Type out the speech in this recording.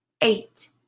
eight